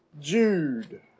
Jude